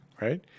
right